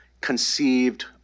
conceived